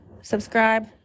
subscribe